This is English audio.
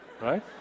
right